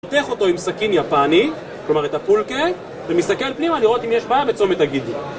חותך אותו עם סכין יפני, כלומר את הפולקע, ומסתכל פנימה לראות אם יש בעיה בצומת הגידים